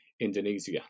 Indonesia